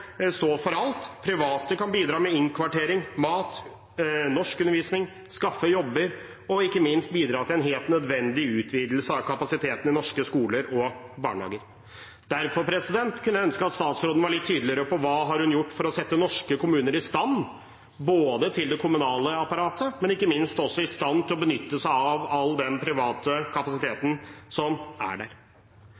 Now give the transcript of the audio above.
stå for alt, private kan bidra med innkvartering, mat og norskundervisning, med å skaffe jobber og ikke minst med en helt nødvendig utvidelse av kapasiteten i norske skoler og barnehager. Derfor kunne jeg ønske at statsråden var litt tydeligere på hva hun har gjort for å sette norske kommuner i stand. Det gjelder både det kommunale apparatet og ikke minst å sette dem i stand til å benytte seg av all den private